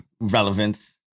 relevance